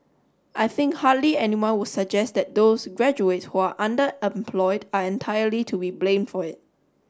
I think hardly anyone would suggest that those graduates who are underemployed are entirely to be blamed for it